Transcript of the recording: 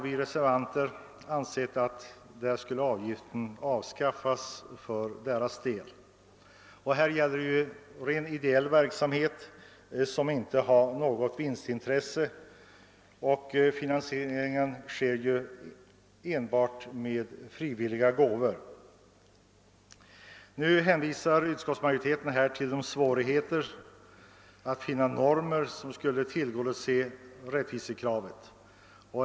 Vi reservanter har ansett att avgiften borde slopas för dessa organisationers del. Här gäller det rent ideell verksamhet utan vinstintresse, och finansieringen sker enbart med frivilliga — gåvor. Utskottsmajoriteten hänvisar till svårigheterna att finna normer som skulle tillgodose rättvisekravet.